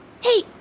Hey